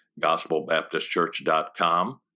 gospelbaptistchurch.com